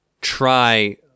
try